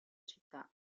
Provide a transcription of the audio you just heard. città